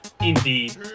Indeed